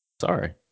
sorry